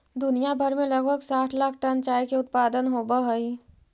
दुनिया भर में लगभग साठ लाख टन चाय के उत्पादन होब हई